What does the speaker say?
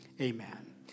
amen